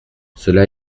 cela